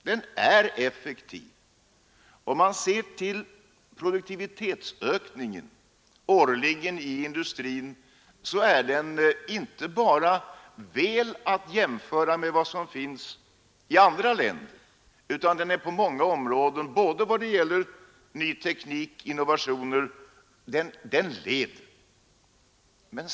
Den är effektiv, och om man ser till produktivitetsökningen årligen i industrin, finner man att den inte bara tål att jämföras med vad som finns i andra länder, utan den t.o.m. leder på många områden när det gäller ny teknik, innovationer osv.